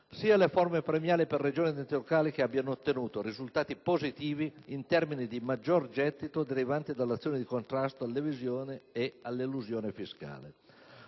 sia forme premiali per Regioni ed enti locali che abbiano ottenuto risultati positivi in termini di maggior gettito derivante dall'azione di contrasto all'evasione e all'elusione fiscale.